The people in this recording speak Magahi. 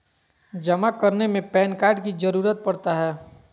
जमा करने में पैन कार्ड की जरूरत पड़ता है?